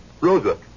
Rosa